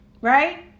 right